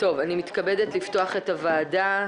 אני מתכבדת לפתוח את הישיבה.